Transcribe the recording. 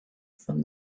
from